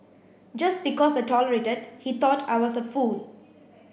just because I tolerated he thought I was a fool